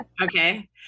okay